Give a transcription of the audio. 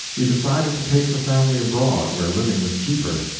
he decided to take the family abroad, where living was cheaper,